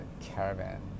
caravan